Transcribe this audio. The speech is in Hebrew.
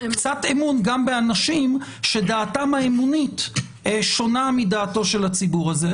קצת אמון גם באנשים שדעתם האמונית שונה מדעתו של הציבור הזה.